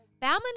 Bowman